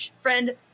friend